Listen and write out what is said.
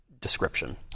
description